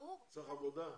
צריך עבודה.